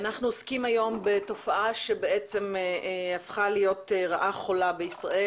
אנחנו עוסקים היום בתופעה שהפכה להיות רעה חולה בישראל